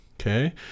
okay